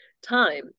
time